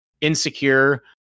Insecure